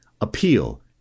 appeal